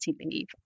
leave